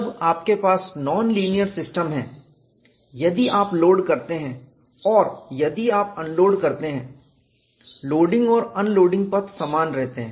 जब आपके पास नॉन लीनियर सिस्टम है यदि आप लोड करते हैं और यदि आप अनलोड करते हैं लोडिंग और अनलोडिंग पथ समान रहते हैं